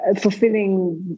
fulfilling